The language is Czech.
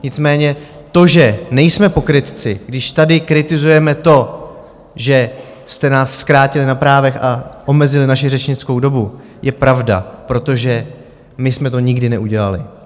Nicméně to, že nejsme pokrytci, když tady kritizujeme to, že jste nás zkrátili na právech a omezili naši řečnickou dobu, je pravda, protože my jsme to nikdy neudělali.